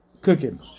cooking